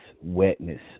wetness